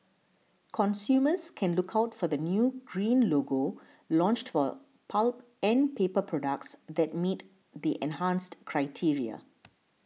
consumers can look out for the new green logo launched for pulp and paper products that meet the enhanced criteria